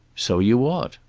so you ought.